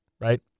right